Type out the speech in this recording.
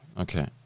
okay